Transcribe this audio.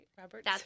Robert